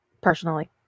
Personally